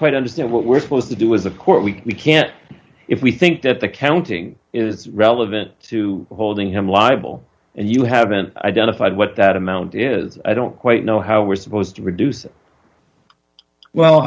quite understand what we're supposed to do is a court we can't if we think that the counting is relevant to holding him liable and you haven't identified what that amount is i don't quite know how we're supposed to produce well